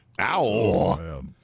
Ow